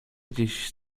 gdzieś